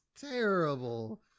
terrible